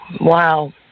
Wow